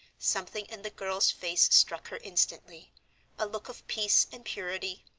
something in the girl's face struck her instantly a look of peace and purity,